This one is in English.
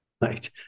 Right